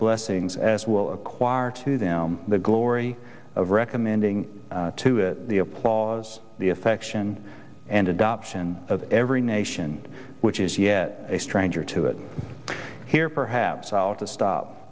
blessings as will acquire to them the glory of recommending to the applause the affection and adoption of every nation which is yet a stranger to it here perhaps out to stop